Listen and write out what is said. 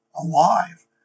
alive